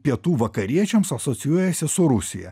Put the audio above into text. pietų vakariečiams asocijuojasi su rusija